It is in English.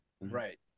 Right